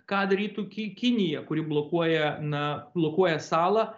ką darytų ki kinija kuri blokuoja na blokuoja salą